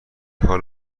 حال